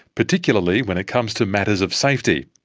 particularly when it comes to matters of safety.